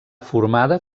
formada